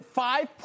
five